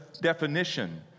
definition